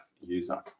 user